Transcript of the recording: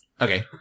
Okay